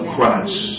Christ